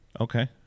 Okay